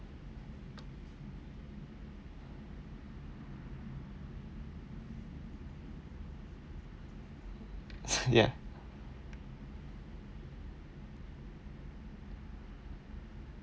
ya